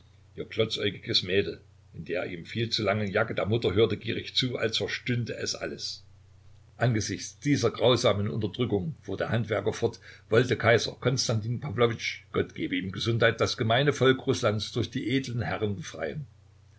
mädel in der ihm viel zu langen jacke der mutter hörte gierig zu als verstünde es alles angesichts dieser grausamen unterdrückung fuhr der handwerker fort wollte kaiser konstantin pawlowitsch gott gebe ihm gesundheit das gemeine volk rußlands durch die edlen herren befreien